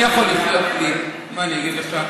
אני יכול לחיות בלי, מה אני אגיד לך.